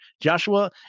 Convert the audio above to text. Joshua